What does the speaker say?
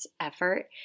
effort